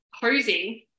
Posing